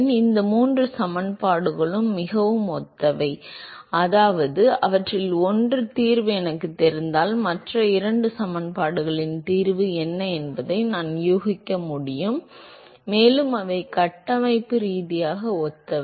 எனவே இந்த மூன்று சமன்பாடுகளும் மிகவும் ஒத்தவை அதாவது அவற்றில் ஒன்றின் தீர்வு எனக்குத் தெரிந்தால் மற்ற இரண்டு சமன்பாடுகளின் தீர்வு என்ன என்பதை நான் யூகிக்க முடியும் மேலும் அவை கட்டமைப்பு ரீதியாக ஒத்தவை